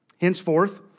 Henceforth